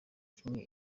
kimwe